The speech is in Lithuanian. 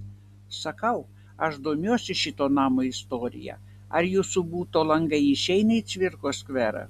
sakau aš domiuosi šito namo istorija ar jūsų buto langai išeina į cvirkos skverą